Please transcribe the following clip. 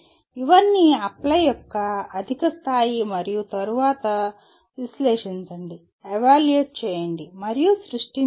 ఇవన్నీ అప్లై యొక్క అధిక స్థాయి మరియు తరువాత విశ్లేషించండి ఎవాల్యుయేట్ చేయండి మరియు సృష్టించండి